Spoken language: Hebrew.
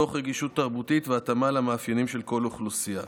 תוך רגישות תרבותית והתאמה למאפיינים של כל אוכלוסייה.